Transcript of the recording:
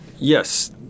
Yes